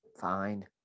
fine